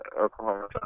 Oklahoma